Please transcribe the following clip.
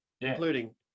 including